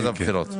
לבחירות...